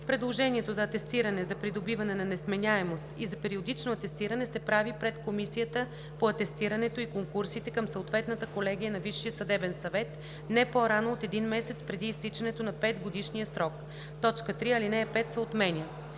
Предложението за атестиране за придобиване на несменяемост и за периодично атестиране се прави пред Комисията по атестирането и конкурсите към съответната колегия на Висшия съдебен съвет не по-рано от един месец преди изтичането на 5 годишния срок.“ 3. Алинея 5 се отменя.“